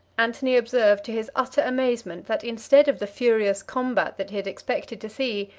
antony observed, to his utter amazement, that, instead of the furious combat that he had expected to see,